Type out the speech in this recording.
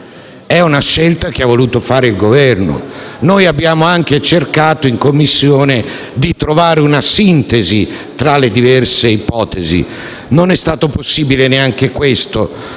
È una scelta che ha voluto fare il Governo. Abbiamo anche cercato in Commissione di trovare una sintesi tra le diverse ipotesi, ma non è stato possibile neanche questo.